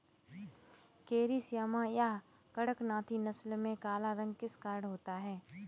Carry श्यामा या कड़कनाथी नस्ल में काला रंग किस कारण होता है?